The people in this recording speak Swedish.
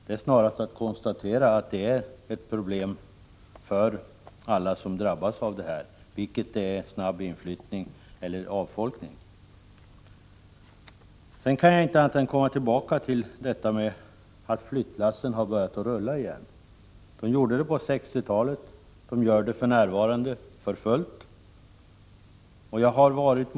Vad jag konstaterade är väl snarare att det uppstår problem för alla berörda i detta sammanhang — vare sig det gäller en snabb inflyttning eller det gäller avfolkning. Jag kan inte annat än komma tillbaka till resonemanget om flyttlassen, som återigen har börjat rulla. Så var det på 1960-talet och så är det för närvarande. Flyttlassen rullar ju på för fullt.